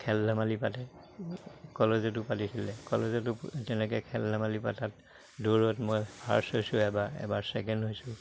খেল ধেমালি পাতে কলেজতো পাতিছিলে কলেজতো তেনেকে খেল ধেমালি পতাত দৌৰত মই ফাৰ্ষ্ট হৈছোঁ এবাৰ এবাৰ ছেকেণ্ড হৈছোঁ